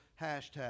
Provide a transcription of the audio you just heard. hashtag